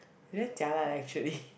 very jialat actually